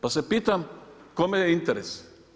Pa se pitam kome je interes.